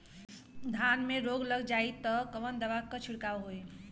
धान में रोग लग जाईत कवन दवा क छिड़काव होई?